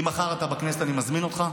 אם מחר אתה בכנסת, אני מזמין אותך.